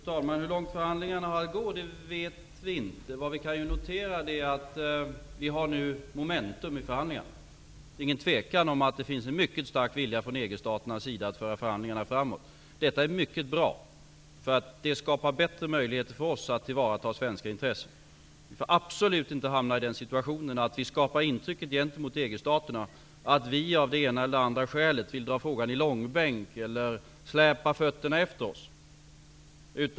Fru talman! Hur långt förhandlingarna har att gå vet vi inte. Vad vi kan notera är att vi nu har momentum i förhandlingarna. Det råder inget tvivel om att det från EG-staternas sida finns en mycket stark vilja att föra förhandlingarna framåt. Detta är mycket bra, eftersom det skapar bättre möjligheter för oss att tillvarata svenska intressen. Vi får absolut inte hamna i den situationen att vi gentemot EG-staterna skapar intryck av att vi av det ena eller andra skälet vill dra frågan i långbänk eller släpa fötterna efter oss.